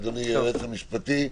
אדוני היועץ המשפטי,